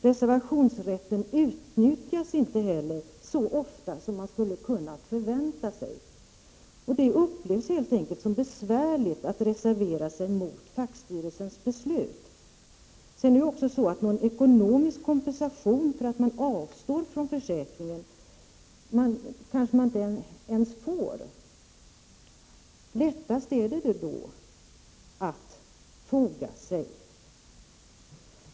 Reservationsrätten utnyttjas inte heller så ofta som man skulle kunna förvänta sig. Det upplevs helt enkelt som besvärligt att reservera sig mot fackstyrelsens beslut. Någon ekonomisk kompensation för att man avstår från försäkringen får man kanske inte ens. Lättast är det då att foga sig.